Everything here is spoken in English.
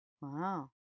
wow